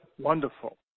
Wonderful